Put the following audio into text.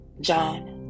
John